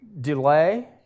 delay